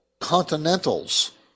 Continentals